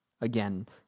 Again